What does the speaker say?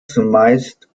zumeist